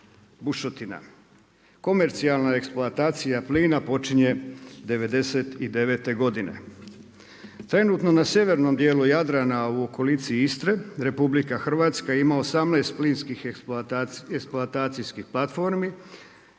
bušotina. Komercijalna eksploatacija plina počinje '99. godine. Trenutno na sjevernom dijelu Jadrana u okolici Istre Republika Hrvatska ima 18 plinskih eksploatacijskih platformi